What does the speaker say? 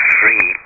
free